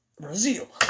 Brazil